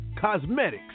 cosmetics